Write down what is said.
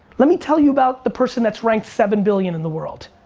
let me tell you about the person that's ranked seven billion in the world.